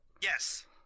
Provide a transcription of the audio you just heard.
Yes